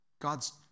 God's